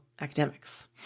academics